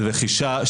רכישה,